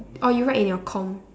or you write in your com